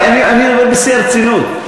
אני אומר בשיא הרצינות,